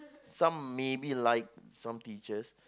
some maybe like some teachers